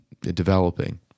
developing